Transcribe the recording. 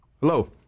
Hello